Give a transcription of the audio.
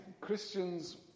Christians